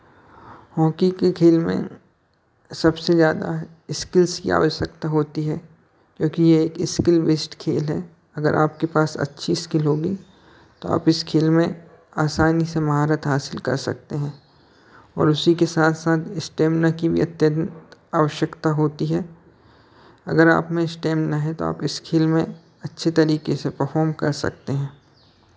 hockey के खेल में सबसे ज़्यादा स्किल्स की आवश्यकता होती है क्योंकि ये स्किल बेस्ड खेल है अगर आपके पास अच्छी स्किल होगी तो आप इस खेल में आसानी से महारत हासिल कर सकते हैं और उसी के साथ साथ स्टेमिना की भी अत्यंत आवश्यकता होती है अगर आपमें स्टेमिना है तो आप इस खेल में अच्छे तरीके से परफ़ॉर्म कर सकते हैं